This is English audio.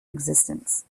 existence